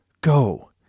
Go